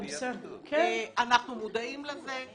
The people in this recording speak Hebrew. אנחנו מודעים לזה,